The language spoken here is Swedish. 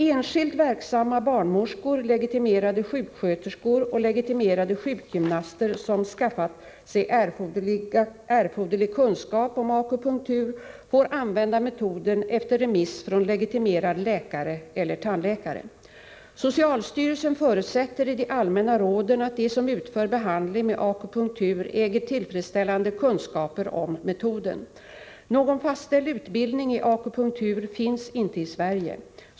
Enskilt verksamma barnmorskor, legitime rade sjuksköterskor och legitimerade sjukgymnaster som skaffat sig erforderlig kunskap om akupunktur får använda metoden efter remiss från legitimerad läkare eller tandläkare. Socialstyrelsen förutsätter i de allmänna råden att de som utför behandling med akupunktur äger tillfredsställande kunskaper om metoden. Någon fastställd utbildning i akupunktur finns inte i Sverige.